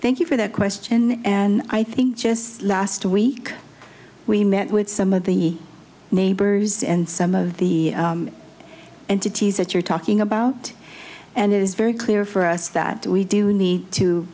thank you for that question and i think just last week we met with some of the neighbors and some of the entities that you're talking about and it is very clear for us that we do need to